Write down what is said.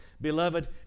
Beloved